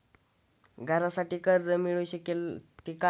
घरासाठी कर्ज मिळू शकते का?